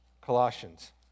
Colossians